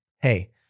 hey